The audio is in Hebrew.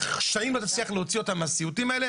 שנים לא תצליח להוציא אותם מהסיוטים האלה?